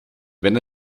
wenn